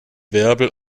wirbel